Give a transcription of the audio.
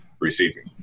receiving